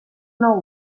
nou